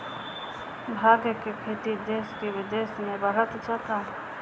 भाँग के खेती देस बिदेस में बढ़ल जाता